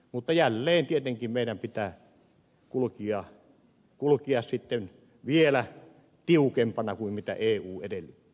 mutta jälleen tietenkin meidän pitää kulkea vielä tiukempana kuin eu edellyttää